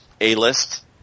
A-list